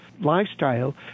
lifestyle